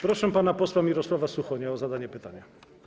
Proszę pana posła Mirosława Suchonia o zadanie pytania.